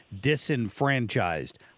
disenfranchised